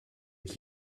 qui